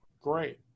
great